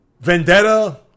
vendetta